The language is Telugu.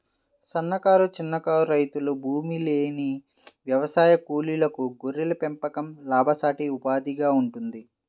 సన్నకారు, చిన్నకారు రైతులు, భూమిలేని వ్యవసాయ కూలీలకు గొర్రెల పెంపకం లాభసాటి ఉపాధిగా ఉంటుంది